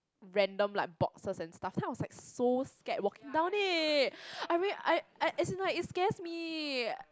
random like boxes and stuff then I was like so scared walking down it I really I I as in like it scares me